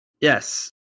yes